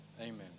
Amen